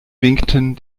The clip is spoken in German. winkten